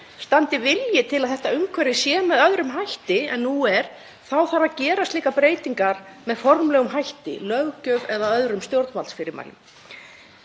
Standi vilji til að þetta umhverfi sé með öðrum hætti en nú er þarf að gera slíkar breytingar með formlegum hætti, löggjöf eða öðrum stjórnvaldsfyrirmælum.